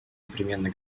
непременно